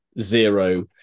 zero